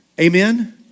amen